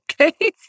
okay